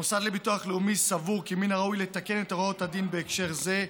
המוסד לביטוח לאומי סבור כי מן הראוי לתקן את הוראות הדין בהקשר זה,